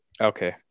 okay